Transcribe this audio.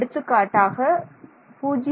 எடுத்துக்காட்டாக 0